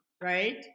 Right